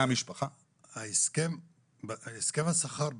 הסכם השכר בסוף,